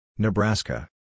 Nebraska